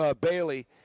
Bailey